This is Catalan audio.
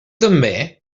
també